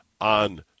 on